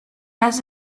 has